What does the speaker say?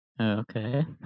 Okay